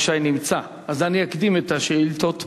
אז אני אקדים את השאילתות.